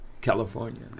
California